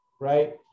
right